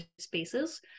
spaces